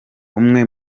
umwe